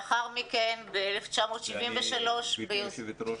לאחר מכן ב-1973 -- גברתי היו"ר,